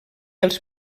els